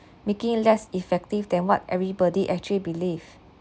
making less effective than what everybody actually believe